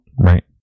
Right